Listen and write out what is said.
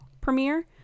premiere